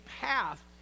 path